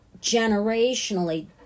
generationally